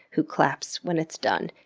who claps when it's done,